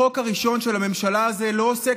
החוק הראשון של הממשלה הזאת לא עוסק